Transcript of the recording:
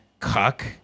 cuck